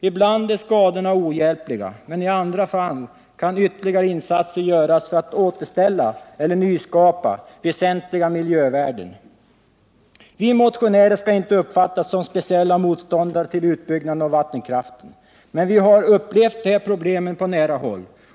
Ibland är skadorna ohjälpliga, men i andra fall kan ytterligare insatser göras för att återställa eller nyskapa väsentliga miljövärden. Vi motionärer skall inte uppfattas som speciella motståndare till utbyggnaden av vattenkraften. Men vi har upplevt de här problemen på nära håll.